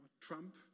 Trump